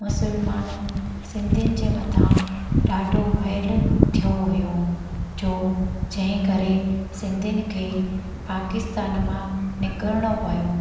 मुसलमाननि सिंधियुनि जे मथां डाढो वैअल थियो हुओ छो जंहिं करे सिंधियुनि खे पाकिस्तान मां निकिरणो पियो